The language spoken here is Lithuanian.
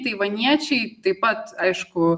taivaniečiai taip pat aišku